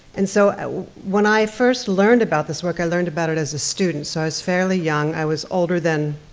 and so when i first learned about this work, i learned about it as a student, so i was fairly young, i was older than,